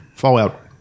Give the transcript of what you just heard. Fallout